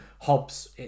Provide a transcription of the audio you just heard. Hobbs